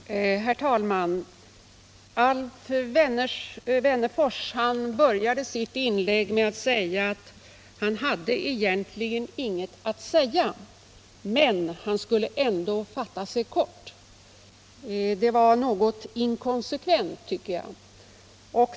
Nr 24 Herr talman! Alf Wennerfors började sitt inlägg med att anföra att Torsdagen den han egentligen inte hade något att säga. Men han skulle ändå fatta sig 10 november 1977 kort. Det var något inkonsekvent, tycker jag.